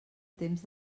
temps